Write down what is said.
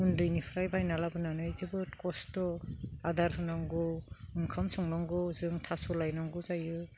उन्दैनिफ्राय बायना लाबोनानै जोबोद कस्त' आदार होनांगौ ओंखाम संनांगौ जों थास' लायनांगौ जायो